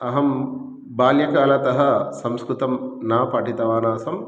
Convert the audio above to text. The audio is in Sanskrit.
अहं बाल्यकालतः संस्कृतं न पठितवान् आसम्